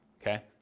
okay